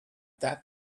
that